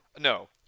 No